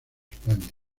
españa